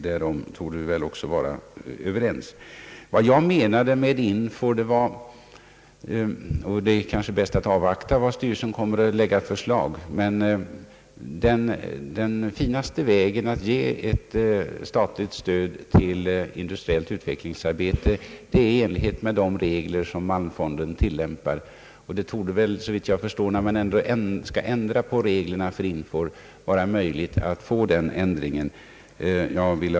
Därom torde vi också vara överens. Det är kanske bäst att avvakta styrelsens förslag, men vad jag menade om INFOR var att den finaste vägen att ge ett statligt stöd till industriellt utvecklingsarbete är att följa samma regler som malmfonden tillämpar, och det torde, när man ändå skall ändra på reglerna för INFOR, vara möjligt att få den ändringen genomförd.